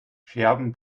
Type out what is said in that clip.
scherben